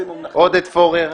עודד פורר,